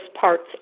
parts